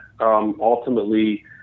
Ultimately